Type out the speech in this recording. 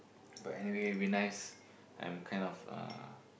but anyway we nice I'm kind of a